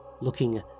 looking